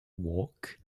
walk